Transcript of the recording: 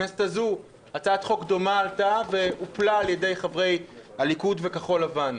בכנסת הזו הצעת חוק דומה עלתה והופלה על ידי חברי הליכוד וכחול לבן.